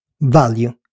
value